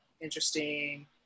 interesting